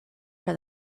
for